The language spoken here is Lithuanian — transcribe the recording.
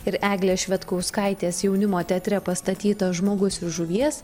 ir eglės švedkauskaitės jaunimo teatre pastatytas žmogus iš žuvies